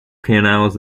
canals